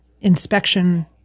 Inspection